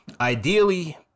Ideally